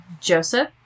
Joseph